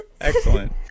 excellent